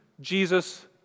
Jesus